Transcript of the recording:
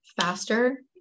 faster